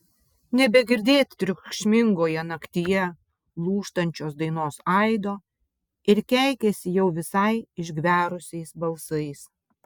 nebegirdėt triukšmingoje naktyje lūžtančios dainos aido ir keikiasi jau visai išgverusiais balsais